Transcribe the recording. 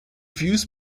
views